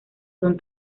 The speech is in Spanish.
son